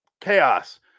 chaos